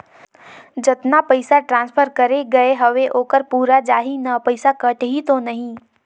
जतना पइसा ट्रांसफर करे गये हवे ओकर पूरा जाही न पइसा कटही तो नहीं?